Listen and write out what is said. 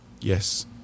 Yes